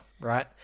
right